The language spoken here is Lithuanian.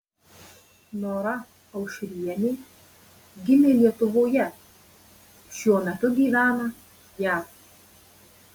nora aušrienė gimė lietuvoje šiuo metu gyvena jav